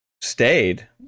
stayed